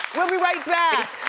we'll be right back.